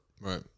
Right